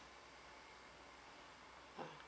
uh